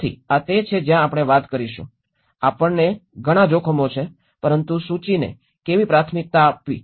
તેથી આ તે છે જ્યાં આપણે વાત કરીશું આપણને ઘણાં જોખમો છે પરંતુ સૂચિને કેવી પ્રાથમિકતા આપવી